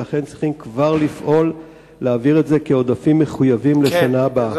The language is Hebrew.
ולכן צריכים כבר לפעול כדי להעביר את זה כעודפים מחויבים לשנה הבאה.